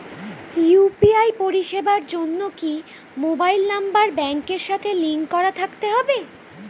UPI পরিষেবার জন্য কি মোবাইল নাম্বার ব্যাংকের সাথে লিংক করা থাকতে হবে?